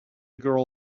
girl